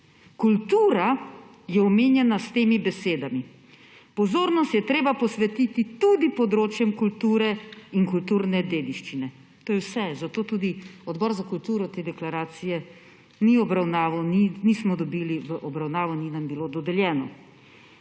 Kultura je omenjena s temi besedami: pozornost je treba posvetiti tudi področjem kulture in kulturne dediščine. To je vse, zato tudi Odbor za kulturo te deklaracije ni obravnaval, nismo je dobili v obravnavo, ni nam bilo dodeljeno.